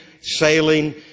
sailing